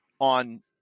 on